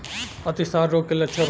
अतिसार रोग के लक्षण बताई?